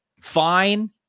fine